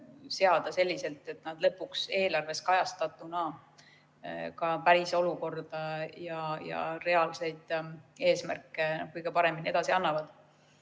nad lõpuks eelarves kajastatuna ka päris olukorda ja reaalseid eesmärke kõige paremini edasi annavad.